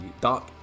dark